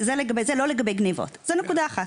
זה לא לגבי גניבות, זו נקודה אחת.